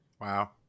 Wow